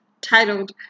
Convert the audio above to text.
titled